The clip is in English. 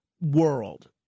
world